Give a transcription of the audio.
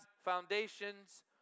foundations